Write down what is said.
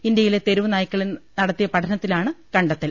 ഇന്ത്യയിലെ തെരുവ് നായ്ക്കളിൽ നടത്തിയ പഠനത്തിലാണ് കണ്ടെത്തൽ